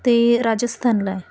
ते राजस्थानला आहे